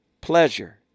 pleasure